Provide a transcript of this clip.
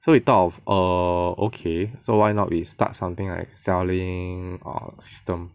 so we thought of err okay so why not we start something like selling err system